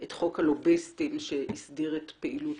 את חוק הלוביסטים שהסדיר את פעילות